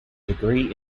degree